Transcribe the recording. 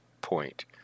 point